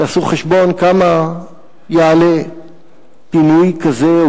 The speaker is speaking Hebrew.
תעשו חשבון כמה יעלה פינוי כזה,